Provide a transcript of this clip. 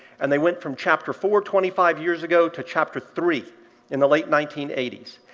and they went from chapter four twenty five years ago to chapter three in the late nineteen eighty s.